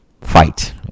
fight